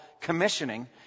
commissioning